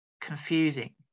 confusing